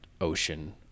ocean